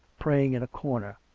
praying in a corner